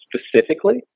specifically